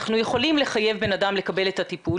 אנחנו יכולים לחייב בן-אדם לקבל את הטיפול,